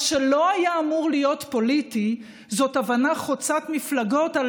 מה שלא היה אמור להיות פוליטי זאת הבנה חוצת מפלגות על